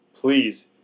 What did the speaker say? Please